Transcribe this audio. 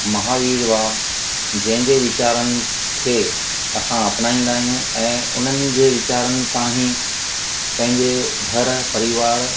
महावीर हुआ जंहिं जे वीचारनि खे असां अपनाईंदा आहियूं ऐं उन्हनि जे वीचारनि तां ई पंहिंजे घर परिवार